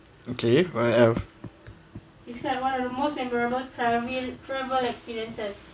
okay I have